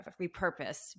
repurposed